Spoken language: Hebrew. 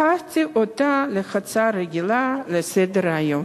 הפכתי אותה להצעה רגילה לסדר-היום.